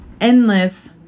endless